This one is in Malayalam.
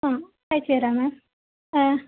ആ തയ്ച്ച് തരാം മാം